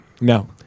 No